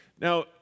Now